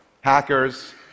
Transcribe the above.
hackers